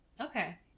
Okay